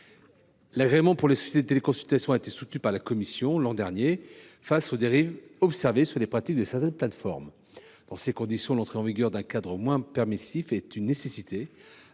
L’agrément pour les sociétés de téléconsultation a été soutenu par la commission, l’an dernier, en raison de dérives observées dans les pratiques de certaines plateformes. Dans ces conditions, l’entrée en vigueur d’un cadre moins permissif est une nécessité